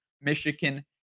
Michigan